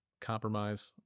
compromise